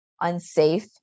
unsafe